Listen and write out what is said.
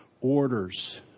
orders